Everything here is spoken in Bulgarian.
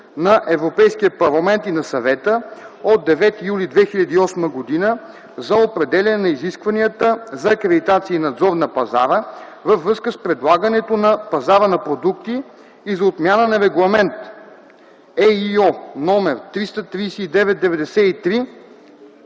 на Европейския парламент и на Съвета от 9 юли 2008 г. за определяне на изискванията за акредитация и надзор на пазара във връзка с предлагането на пазара на продукти и за отмяна на Регламент (ЕИО) № 339/93